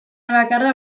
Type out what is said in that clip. bakarra